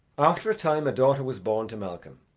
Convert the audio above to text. after a time a daughter was born to malcolm.